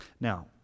Now